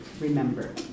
remember